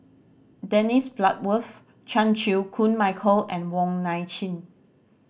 Dennis Bloodworth Chan Chew Koon Michael and Wong Nai Chin